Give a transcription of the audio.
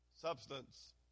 substance